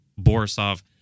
Borisov